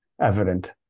evident